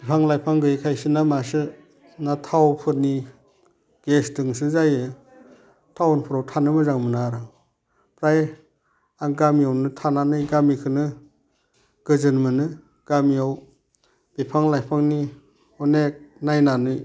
बिफां लाइफां गैयैखायसो ना मासो ना थाव फोरनि गेसदोंसो जायो टाउनफ्राव थानो मोजां मोना आरो फ्राय आं गामियावनो थानानै गांमिखोनो गोजोन मोनो गामियाव बिफां लाइफांनि अनेक नायनानै